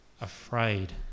afraid